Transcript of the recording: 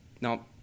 Now